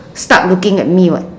start looking at me [what]